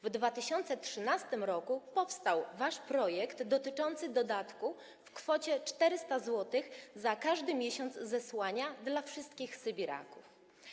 W 2013 r. powstał wasz projekt dotyczący dodatku w kwocie 400 zł za każdy miesiąc zesłania dla wszystkich Sybiraków.